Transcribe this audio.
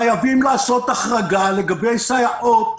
חייבים לעשות החרגה לגבי סייעות,